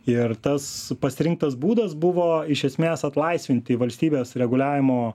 ir tas pasirinktas būdas buvo iš esmės atlaisvinti valstybės reguliavimo